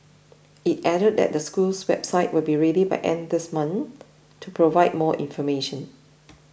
it added that the school's website will be ready by end this month to provide more information